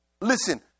Listen